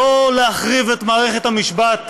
לא להחריב את מערכת המשפט,